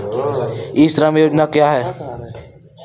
ई श्रम योजना क्या है?